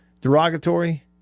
derogatory